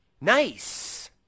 Nice